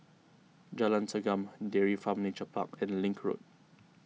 Jalan Segam Dairy Farm Nature Park and Link Road